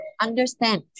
understand